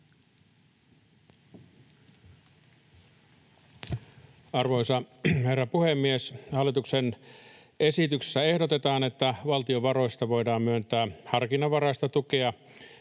Arvoisa herra puhemies! Hallituksen esityksessä ehdotetaan, että valtion varoista voidaan myöntää harkinnanvaraista tukea